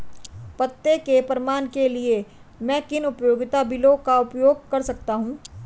पते के प्रमाण के लिए मैं किन उपयोगिता बिलों का उपयोग कर सकता हूँ?